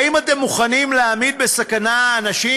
האם אתם מוכנים להעמיד בסכנה אנשים